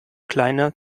kleine